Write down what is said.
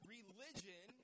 Religion